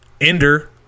ender